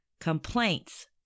Complaints